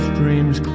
dreams